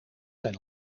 zijn